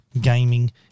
gaming